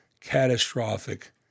catastrophic